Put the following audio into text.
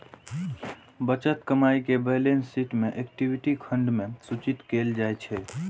बचल कमाइ कें बैलेंस शीट मे इक्विटी खंड मे सूचित कैल जाइ छै